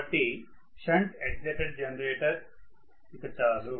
కాబట్టి shunt excited generator ఇక చాలు